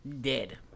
dead